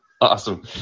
Awesome